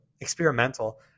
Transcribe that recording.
experimental